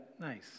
Nice